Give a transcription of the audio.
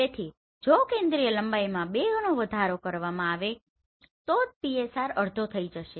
તેથી જો કેન્દ્રીય લંબાઈમાં 2 ગણો વધારો કરવામાં આવે તો PSR અડઘો થઈ જશે